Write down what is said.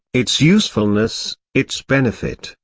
its usefulness, its benefit,